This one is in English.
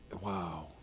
Wow